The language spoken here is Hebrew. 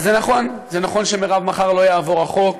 אז זה נכון, זה נכון, מרב, שמחר לא יעבור החוק,